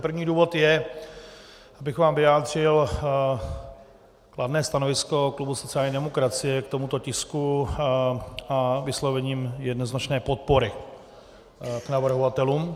První důvod je, abych vám vyjádřil kladné stanovisko klubu sociální demokracie k tomuto tisku s vyslovením jednoznačné podpory navrhovatelům.